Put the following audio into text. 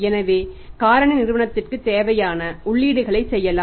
எனவே காரணி நிறுவனத்திற்கு தேவையான உள்ளீடுகளைச் செய்யலாம்